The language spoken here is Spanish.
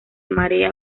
marea